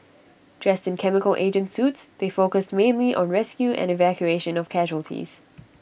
dressed in chemical agent suits they focused mainly on rescue and evacuation of casualties